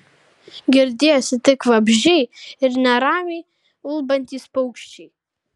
girdėjosi tik vabzdžiai ir neramiai ulbantys paukščiai